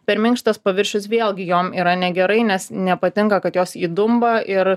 per minkštas paviršius vėlgi jom yra negerai nes nepatinka kad jos įdumba ir